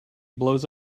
blows